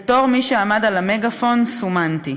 בתור מי שעמד על המגאפון סומנתי.